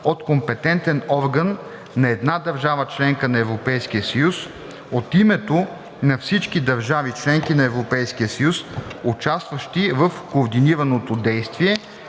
от компетентен орган на една държава – членка на Европейския съюз, от името на всички държави – членки на Европейския съюз, участващи в координираното действие,